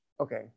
Okay